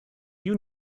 you